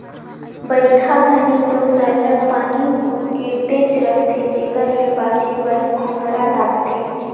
बरिखा घनी दो सरलग पानी गिरतेच रहथे जेकर ले बाचे बर खोम्हरा लागथे